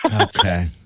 Okay